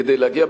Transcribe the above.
כדי להגיע,